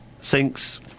sinks